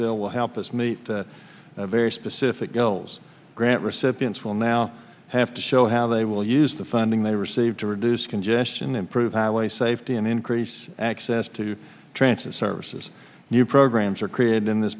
bill will help us meet that very specific goals grant recipients will now have to show how they will use the funding they receive to reduce congestion improve highway safety and increase access to transfer services new programs are created in this